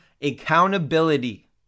accountability